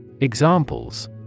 Examples